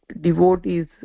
devotees